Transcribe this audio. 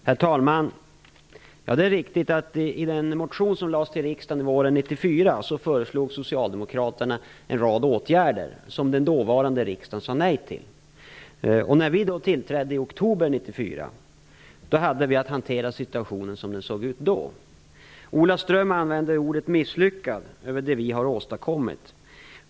Herr talman. Det stämmer att Socialdemokraterna i en motion till riksdagen våren 1994 föreslog en rad åtgärder som den dåvarande riksdagen sade nej till. När vi tillträdde i oktober 1994 hade vi att hantera situationen sådan den såg ut då. Ola Ström använder ordet misslyckad om det vi har åstadkommit.